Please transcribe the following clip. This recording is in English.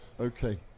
okay